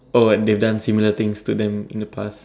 oh like they've done similar things to them in the past